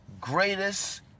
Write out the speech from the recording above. greatest